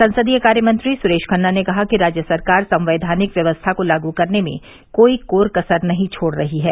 संसदीय कार्यमंत्री सुरेश खन्ना ने कहा कि राज्य सरकार संवैधानिक व्यवस्था को लागू करने में कोई कोर कसर नहीं छोड़ रही है